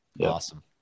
Awesome